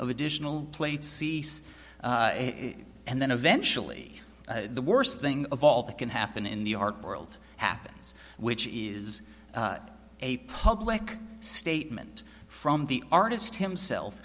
of additional plates cease and then eventually the worst thing of all that can happen in the art world happens which is a public statement from the artist himself